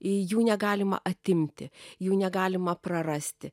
jų negalima atimti jų negalima prarasti